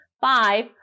five